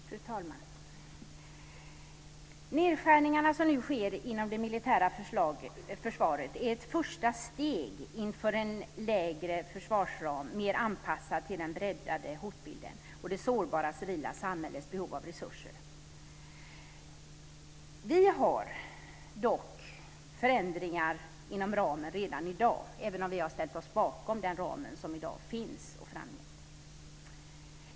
Fru talman! De nedskärningar som nu sker inom det militära försvaret är ett första steg mot en mindre försvarsram, mer anpassad till den breddade hotbilden och det sårbara civila samhällets behov av resurser. Vi har dock förslag till förändringar inom ramen redan i dag, även om vi har ställt oss bakom den ram som i dag finns.